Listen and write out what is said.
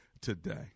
today